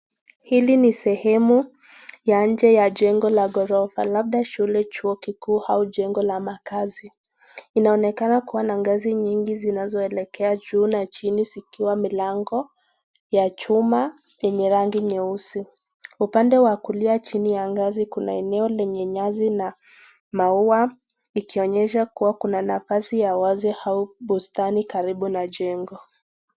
Hili ni sehemu ya nje ya jengo la gorofa labda shule, chuo kuu au jengo la makazi. Inaonekana kuwa na ngazi nyingi zinazoelekea juu na chini zikiwa milango ya chuma enye rangi nyeusi. Upande wa kulia chini ya ngazi kuna eneo lenye nyasi na maua ikionyesha kuwa kuna nafasi ya wazi au bustani karibu na jengo.